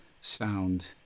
sound